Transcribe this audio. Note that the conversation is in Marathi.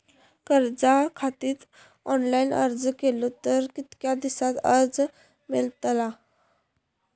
कर्जा खातीत ऑनलाईन अर्ज केलो तर कितक्या दिवसात कर्ज मेलतला?